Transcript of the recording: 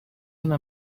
una